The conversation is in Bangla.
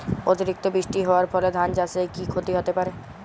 অতিরিক্ত বৃষ্টি হওয়ার ফলে ধান চাষে কি ক্ষতি হতে পারে?